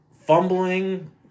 fumbling